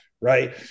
right